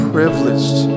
Privileged